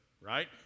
right